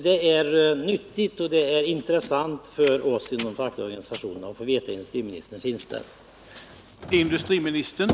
Det är nödvändigt och av intresse för de fackliga organisationerna att industriministern redogör för sin inställning.